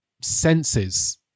senses